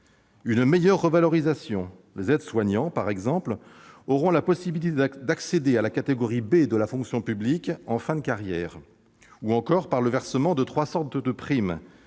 une meilleure revalorisation- les aides-soignants, par exemple, auront des possibilités d'accéder à la catégorie B de la fonction publique en fin de carrière -ou par le versement de trois sortes de primes